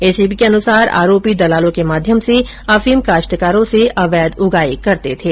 ACB के अनुसार आरोपी दलालों के माध्यम से अफीम काश्तकारों से अवैध उगाई करते थे